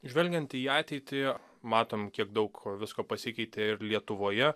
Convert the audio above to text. žvelgiant į ateitį matom kiek daug visko pasikeitė ir lietuvoje